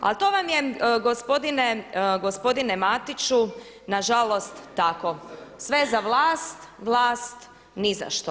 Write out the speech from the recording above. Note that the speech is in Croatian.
Ali to vam je gospodine Mariću nažalost tako, sve za vlast, vlast nizašto.